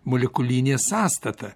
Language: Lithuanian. molekulinė sąstata